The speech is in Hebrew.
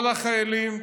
כל החיילים,